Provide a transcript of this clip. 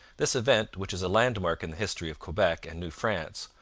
this event, which is a landmark in the history of quebec and new france,